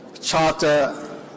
charter